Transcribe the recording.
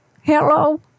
Hello